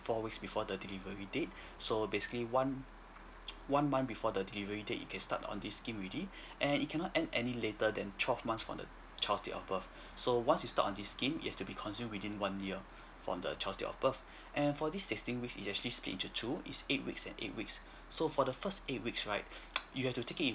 four weeks before the delivery date so basically one one month before the delivery date you can start on this scheme already and it cannot end any later than twelve months from the child date of birth so once you start on this scheme is has to be consumed within one year from the child date of birth and for this sixteen weeks is actually split into two is eight weeks and eight weeks so for the first eight weeks right you have to take it